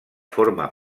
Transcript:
forma